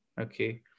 okay